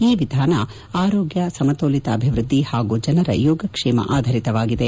ಈ ವಿಧಾನ ಆರೋಗ್ಯ ಸಮತೋಲಿತ ಅಭಿವೃದ್ದಿ ಹಾಗೂ ಜನರ ಯೋಗಕ್ಷೇಮ ಆಧರಿತವಾಗಿದೆ